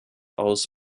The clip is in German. aus